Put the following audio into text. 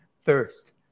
first